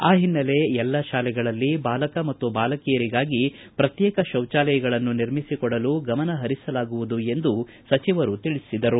ಆ ಹಿನ್ನೆಲೆ ಎಲ್ಲ ಶಾಲೆಗಳಲ್ಲಿ ಬಾಲಕ ಮತ್ತು ಬಾಲಕಿಯರಿಗಾಗಿ ಪ್ರತ್ಯೇಕ ಶೌಚಾಲಯಗಳನ್ನು ನಿರ್ಮಿಸಿಕೊಡಲು ಗಮನ ಹರಿಸಲಾಗುವುದು ಎಂದು ಸಚಿವರು ತಿಳಿಸಿದರು